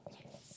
yes